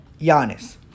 Giannis